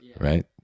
Right